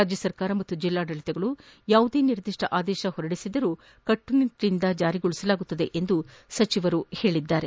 ರಾಜ್ಜ ಸರ್ಕಾರ ಮತ್ತು ಜಿಲ್ಲಾಡಳತಗಳು ಯಾವುದೇ ನಿರ್ಧಿಷ್ಟ ಆದೇಶ ಹೊರಡಿಸಿದರೂ ಕಟ್ಟನಿಟ್ಟನಿಂದ ಜಾರಿಗೊಳಿಸಲಾಗುವುದು ಎಂದು ಸಚಿವರು ತಿಳಿಸಿದರು